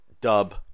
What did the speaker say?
dub